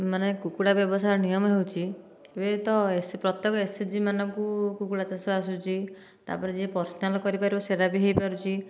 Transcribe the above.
ମାନେ କୁକୁଡ଼ା ବ୍ୟବସାୟର ନିୟମ ହେଉଛି ଏବେତ ଏ ପ୍ରତ୍ୟେକ ଏସଏଚଜିମାନଙ୍କୁ କୁକୁଡ଼ା ଚାଷ ଆସୁଛି ତାପରେ ଯିଏ ପର୍ଶନାଲ୍ କରିପାରିବ ସେଇଟା ବି ହୋଇପାରୁଛି